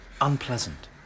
unpleasant